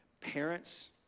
parents